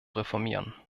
reformieren